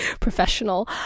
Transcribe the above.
professional